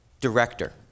director